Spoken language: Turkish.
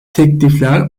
teklifler